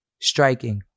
striking